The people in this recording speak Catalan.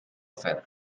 fer